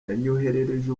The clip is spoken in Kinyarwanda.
yanyoherereje